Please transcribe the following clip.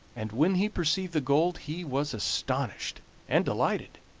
and when he perceived the gold he was astonished and delighted,